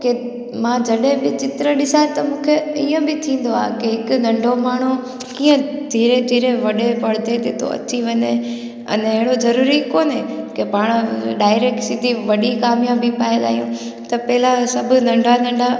की मां जॾहिं बि चित्र ॾिसां त मूंखे ईअं बि थींदो आहे की हिकु नंढो माण्हू कीअं धीरे धीरे वॾे परदे ते थो अची वञे अने अहिड़ो ज़रूरी कोन्हे कि पाण डाइरेक्ट सिधी वॾी कामयाबी पाइ लाहियूं त पहिला सभु नंढा नंढा